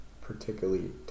particularly